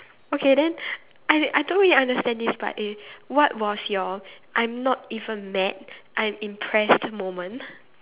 okay then I I don't really understand this part eh what was your I'm not even mad I'm impressed moment